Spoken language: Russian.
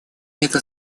это